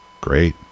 great